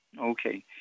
Okay